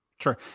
Sure